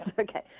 Okay